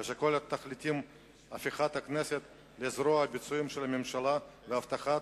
ושכל תכליתם הפיכת הכנסת לזרוע הביצועית של הממשלה והבטחת